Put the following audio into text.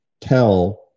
tell